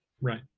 Right